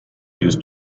used